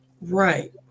Right